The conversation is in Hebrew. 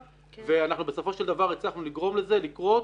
ואנחנו בסופו של דבר הצלחנו לגרום לזה לקרות.